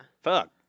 Fuck